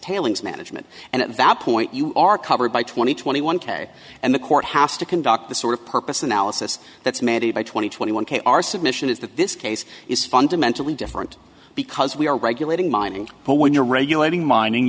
tailings management and at that point you are covered by twenty twenty one k and the court has to conduct the sort of purpose analysis that's mandy by twenty twenty one k our submission is that this case is fundamentally different because we are regulating mining but when you're regulating mining